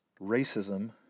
racism